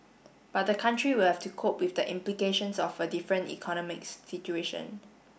but the country will have to cope with the implications of a different economics situation